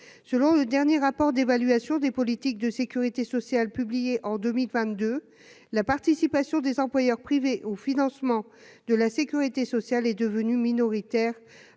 selon le dernier rapport d'évaluation des politiques de sécurité sociale, publié en 2022, la participation des employeurs privés au financement de la Sécurité sociale est devenue minoritaire